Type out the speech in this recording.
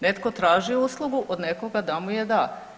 Netko traži uslugu od nekoga da mu je da.